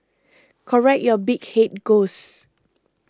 correct your big head ghost